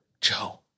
Joe